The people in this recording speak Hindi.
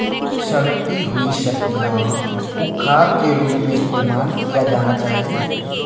सड़ती हुई सब्जियां को खाद के रूप में इस्तेमाल किया जाना चाहिए